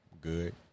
Good